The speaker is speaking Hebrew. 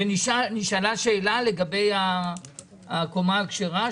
ונשאלה שאלה לגבי הקומה הכשרה?